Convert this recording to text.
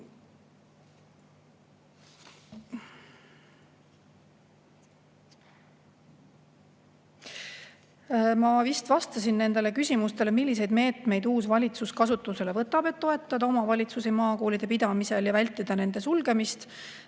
Ma vist vastasin nendele küsimustele, milliseid meetmeid uus valitsus kasutusele võtab, et toetada omavalitsusi maakoolide pidamisel ja vältida nende sulgemist.